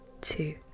two